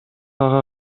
ага